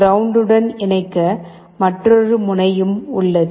கிரவுண்டுடன் இணைக்க மற்றொரு முனையும் உள்ளது